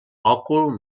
òcul